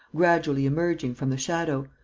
gradually emerging from the shadow,